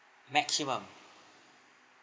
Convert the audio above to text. maximum